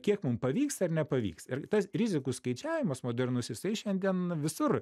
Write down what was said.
kiek mum pavyks ar nepavyks ir tas rizikų skaičiavimas modernus jisai šiandien visur